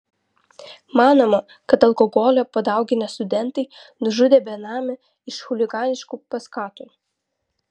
manoma kad alkoholio padauginę studentai nužudė benamį iš chuliganiškų paskatų